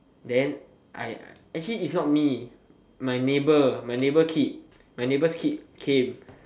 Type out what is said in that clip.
then I actually is not me is my neighbor my neighbor kid my neighbors kid came